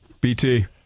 BT